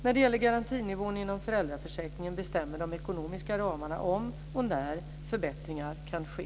När det gäller garantinivån inom föräldraförsäkringen bestämmer de ekonomiska ramarna om och när förbättringar kan ske.